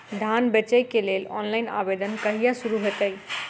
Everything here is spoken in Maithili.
धान बेचै केँ लेल ऑनलाइन आवेदन कहिया शुरू हेतइ?